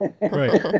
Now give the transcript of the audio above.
Right